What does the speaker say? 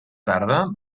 tarda